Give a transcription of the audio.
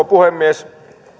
puhemies